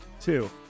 two